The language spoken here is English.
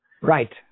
right